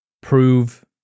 prove